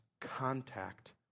contact